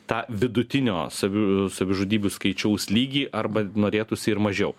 tą vidutinio savi savižudybių skaičiaus lygį arba norėtųsi ir mažiau